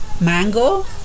mango